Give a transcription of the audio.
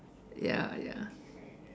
ya ya